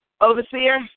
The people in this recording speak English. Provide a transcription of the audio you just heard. Overseer